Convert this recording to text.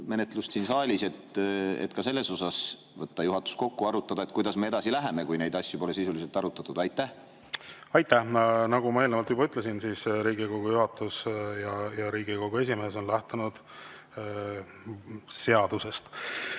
menetlust siin saalis, et ka selles suhtes võtta juhatus kokku, arutada, kuidas me edasi läheme, kui neid asju pole sisuliselt arutatud? Aitäh! Nagu ma eelnevalt juba ütlesin, siis Riigikogu juhatus ja Riigikogu esimees on lähtunud seadusest. Riina